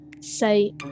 say